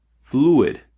fluid